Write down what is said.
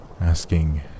asking